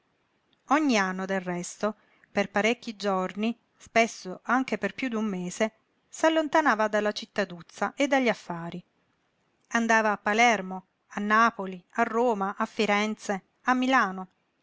ogni anno del resto per parecchi giorni spesso anche per piú d'un mese s'allontanava dalla cittaduzza e dagli affari andava a palermo a napoli a roma a firenze a milano